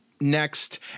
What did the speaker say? next